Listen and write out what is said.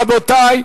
רבותי,